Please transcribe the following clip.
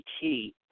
key